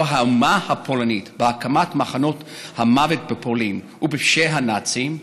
האומה הפולנית בהקמת מחנות המוות בפולין ובפשעי הנאצים,